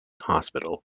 hospital